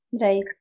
Right